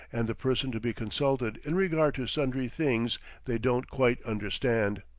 and the person to be consulted in regard to sundry things they don't quite understand.